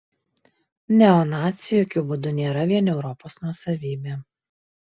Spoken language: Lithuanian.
neonaciai jokiu būdu nėra vien europos nuosavybė